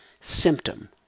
symptom